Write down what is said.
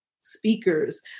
speakers